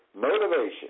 Motivation